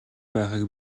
байхыг